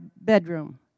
bedroom